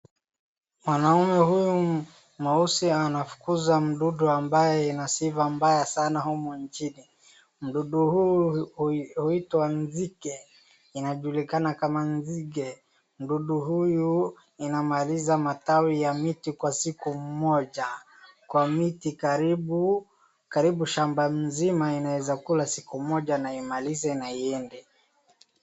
Mwanaume huyu mweusi anafukuza mdudu ambaye ina sifa mbaya sana humu nchini. Mdudu huyu huitwa nzige, inajulikana kama nzige. Mdudu huyu inamaliza matawi ya miti kwa siku moja, kwa miti karibu shamba nzima inaeza kula siku moja na imalize na iende.